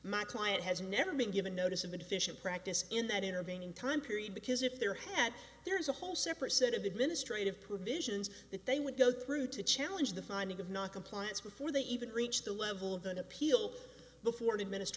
my client has never been given notice of a deficient practice in that intervening time period because if there had there is a whole separate set of administrative provisions that they would go through to challenge the finding of not compliance before they even reach the level of an appeal before an adminis